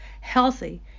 healthy